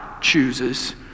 chooses